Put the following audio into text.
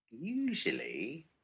usually